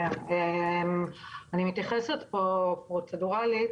אני מתייחסת פה פרוצדורלית,